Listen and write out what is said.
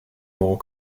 more